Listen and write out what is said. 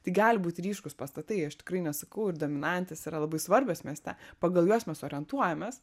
tai gali būt ryškūs pastatai aš tikrai nesakau ir dominantės yra labai svarbios mieste pagal juos mes orientuojamės